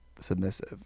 submissive